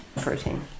protein